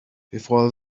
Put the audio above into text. before